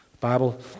Bible